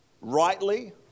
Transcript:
rightly